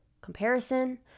comparison